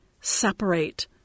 separate